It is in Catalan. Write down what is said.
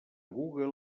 google